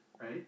right